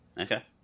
Okay